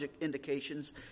indications